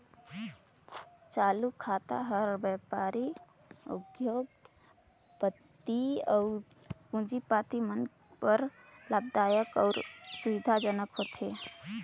चालू खाता हर बेपारी, उद्योग, पति अउ पूंजीपति मन बर लाभदायक अउ सुबिधा जनक होथे